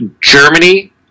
Germany